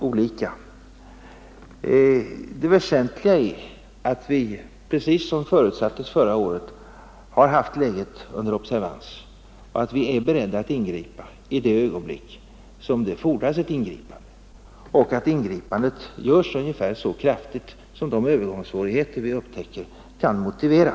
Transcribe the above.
Men det väsentliga är att vi, som det förutsattes förra året, har haft läget under observans och att vi är beredda att ingripa i samma ögonblick som ett ingripande behöver göras samt att ingreppen blir ungefär så kraftiga som de övergångssvårigheter vi upptäcker kan motivera.